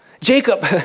Jacob